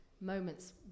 moments